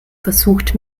versucht